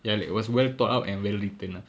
ya like it was well thought out and well written ah